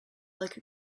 like